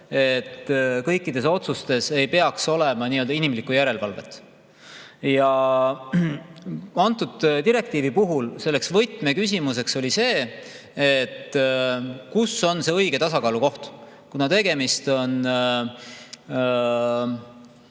et kõikides otsustes ei pea olema nii-öelda inimesepoolset järelevalvet. Antud direktiivi puhul oli võtmeküsimuseks see, kus on see õige tasakaalukoht. Kuna tegemist on